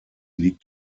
liegt